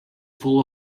full